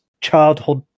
childhood